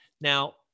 Now